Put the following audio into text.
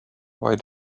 why